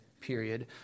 period